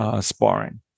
sparring